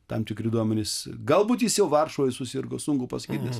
tam tikri duomenys galbūt jis jau varšuvoj susirgo sunku pasakyt nes